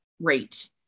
rate